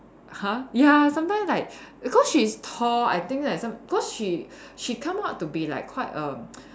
!huh! ya sometimes like because she's tall I think that some cause she she come up to be like quite a